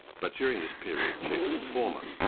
but during this period, chiefly the former.